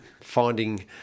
finding